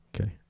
Okay